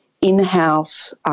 in-house